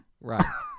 Right